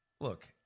look